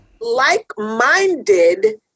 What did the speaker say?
Like-minded